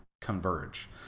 converge